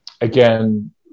again